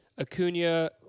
Acuna